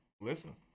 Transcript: Listen